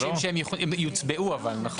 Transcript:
אבל אנחנו מבקשים שהם יוצבעו, נכון?